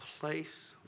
place